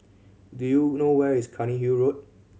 do you know where is Cairnhill Road